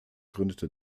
gründete